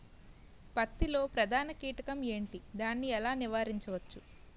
పత్తి లో ప్రధాన కీటకం ఎంటి? దాని ఎలా నీవారించచ్చు?